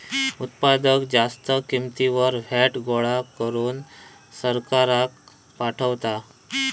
उत्पादक जास्त किंमतीवर व्हॅट गोळा करून सरकाराक पाठवता